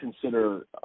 consider